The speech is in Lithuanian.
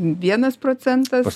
vienas procentas